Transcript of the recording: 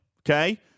Okay